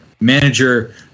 manager –